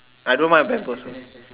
I don't mind bamboo also